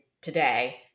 today